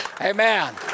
Amen